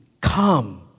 come